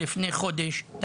לפני כחודש וביקשתי,